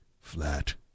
flat